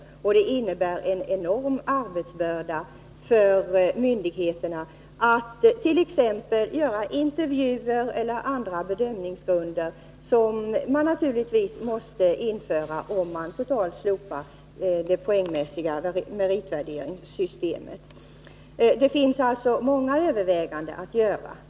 Det skulle innebära en enorm arbetsbörda för myndigheterna att t.ex. intervjua eller på annat sätt värdera de sökandes meriter vid ett slopande av det poängmässiga meritvärderingssystemet. Det finns alltså många överväganden att göra.